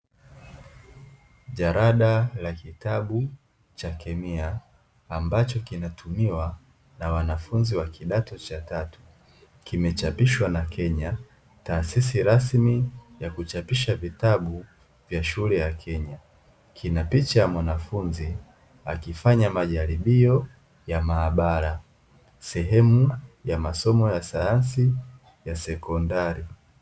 Jarada la kitabu cha kemia, ambacho kinatumiwa na wanafunzi wa kidato cha tatu. Kimechapishwa na Kenya taasisi rasmi ya kuchapisha vitabu vya shule ya Kenya. Kina picha ya mwanafunzi akifanya majaribio ya maabara, sehemu ya masomo ya sayansi ya sekondari.